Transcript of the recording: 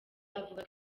avuga